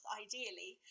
ideally